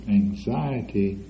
anxiety